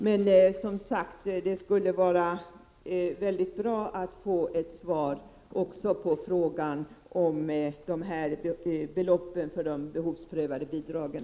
Det skulle, som sagt, vara mycket bra att få ett svar också på frågan om storleken av de behovsprövade bidragen.